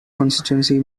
constituency